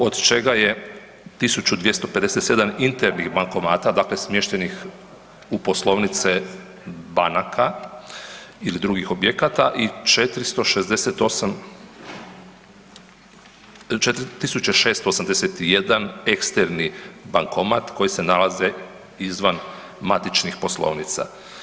Od čega je 1257 internih bankomata, dakle smještenih u poslovnice banaka ili drugih objekata i 4681 eksterni bankomat koji se nalaze izvan matičnih poslovnica.